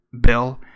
bill